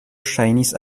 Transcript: ŝajnis